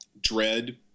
Dread